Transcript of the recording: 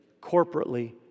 corporately